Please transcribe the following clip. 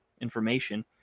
information